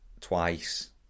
twice